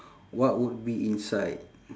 what would be inside